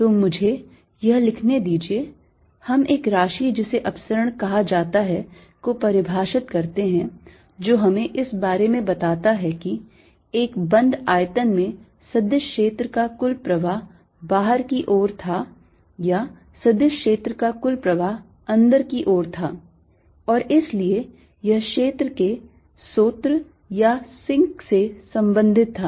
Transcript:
तो मुझे यह लिखने दीजिए हम एक राशि जिसे अपसरण कहा जाता है को परिभाषित करते हैं जो हमें इस बारे में बताता है कि एक बंद आयतन में सदिश क्षेत्र का कुल प्रवाह बाहर की ओर था या सदिश क्षेत्र का कुल प्रवाह अंदर की ओर था और इसलिए यह क्षेत्र के स्रोत या सिंक से संबंधित था